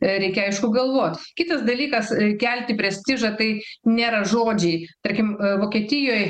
reikia aišku galvot kitas dalykas kelti prestižą tai nėra žodžiai tarkim vokietijoj